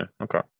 Okay